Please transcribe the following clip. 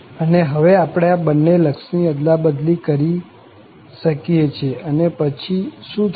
અને હવે આપણે આ બન્ને લક્ષની અદલા બદલી કરી શકીએ છીએ અને પછી શું થશે